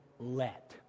let